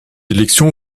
élection